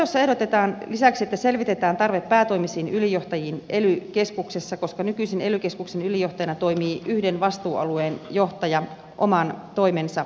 selonteossa ehdotetaan lisäksi että selvitetään tarve päätoimisiin ylijohtajiin ely keskuksissa koska nykyisin ely keskuksen ylijohtajana toimii yhden vastuualueen johtaja oman toimensa ohella